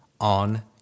on